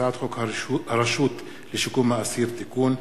הצעת חוק הרשות לשיקום האסיר (תיקון),